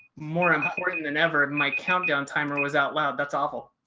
more important than ever. my countdown timer was out loud. that's awful.